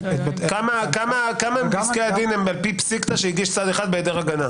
כמה מפסקי הדין הם על פי פסיקתא שהגיש צד אחד בהיעדר הגנה?